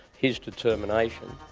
his determination,